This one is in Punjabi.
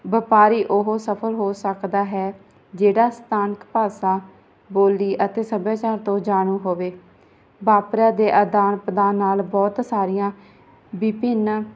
ਵਪਾਰੀ ਉਹ ਸਫਲ ਹੋ ਸਕਦਾ ਹੈ ਜਿਹੜਾ ਸਥਾਨਕ ਭਾਸ਼ਾ ਬੋਲੀ ਅਤੇ ਸੱਭਿਆਚਾਰ ਤੋਂ ਜਾਣੂ ਹੋਵੇ ਵਾਪਰਾ ਦੇ ਆਦਾਨ ਪਦਾਨ ਨਾਲ ਬਹੁਤ ਸਾਰੀਆਂ ਵਿਭਿੰਨ